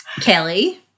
Kelly